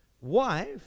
Wife